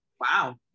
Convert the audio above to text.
Wow